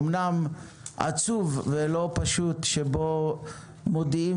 אמנם עצוב ולא פשוט יום שבו מודיעים